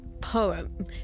poem